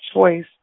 choice